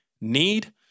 need